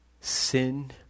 sin